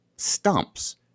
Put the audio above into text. stumps